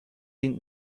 این